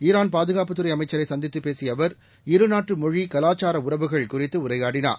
Iran பாதுகாப்பு துறை அமைச்சரை சந்தித்து பேசிய அவர் இருநாட்டு மொழி கலாச்சார உறவுகள் குறித்து உரையாடினார்